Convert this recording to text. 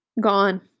gone